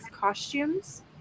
costumes